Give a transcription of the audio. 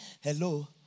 hello